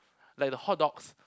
like the hotdogs